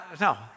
no